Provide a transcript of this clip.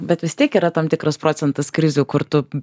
bet vis tiek yra tam tikras procentas krizių kur tu